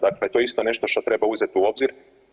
Dakle, to je isto nešto što treba uzeti u obzir.